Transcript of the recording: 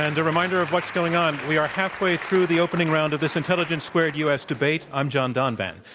and reminder of what's going on, we are halfway through the opening round of this intelligence squared u. s. debate. i'm john donvan.